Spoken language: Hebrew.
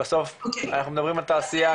בסוף אנחנו מדברים על תעשיה.